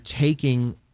taking